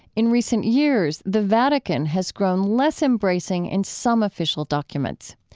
in recent years, the vatican has grown less embracing in some official documents.